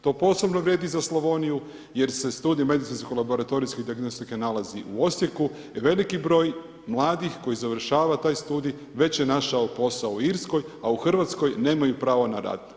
To posebno vrijedi za Slavoniju jer se studij medicinsko-laboratorijske dijagnostike nalazi u Osijeku i veliki broj mladih koji završava taj studij već je našao posao u Irskoj, a u RH nemaju pravo na rad.